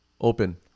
Open